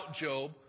Job